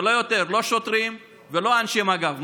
ולא יותר, לא שוטרים ולא אנשי מג"ב.